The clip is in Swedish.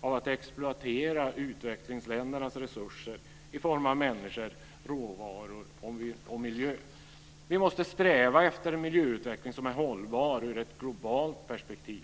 av att exploatera utvecklingsländernas resurser i form av människor, råvaror och miljö. Vi måste sträva efter en miljöutveckling som är hållbar ur ett globalt perspektiv.